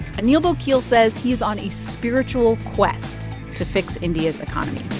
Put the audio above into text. anil bokil says he's on a spiritual quest to fix india's economy